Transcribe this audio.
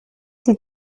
die